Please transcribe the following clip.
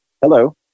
Hello